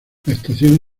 estación